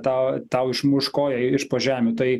tau tau išmuš koją iš po žemių tai